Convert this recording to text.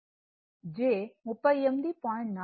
47 sine 59